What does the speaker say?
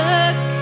Look